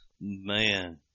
Man